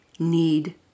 need